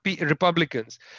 Republicans